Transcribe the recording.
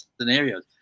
scenarios